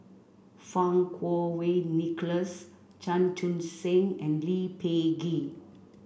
Fang Kuo Wei Nicholas Chan Chun Sing and Lee Peh Gee